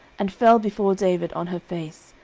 and fell before david on her face,